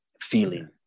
feeling